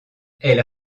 elles